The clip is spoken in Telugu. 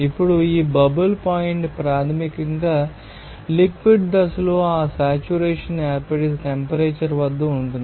ఇప్పుడు ఈ బబుల్ పాయింట్ ప్రాథమికంగా లిక్విడ్ దశలో ఆ సెట్యురేషన్ ఏర్పడే టెంపరేచర్ వద్ద ఉంటుంది